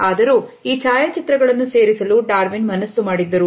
ಆದರೂ ಈ ಛಾಯಾಚಿತ್ರಗಳನ್ನು ಸೇರಿಸಲು ಡಾರ್ವಿನ್ ಮನಸ್ಸು ಮಾಡಿದ್ದರು